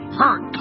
hurt